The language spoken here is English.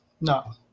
No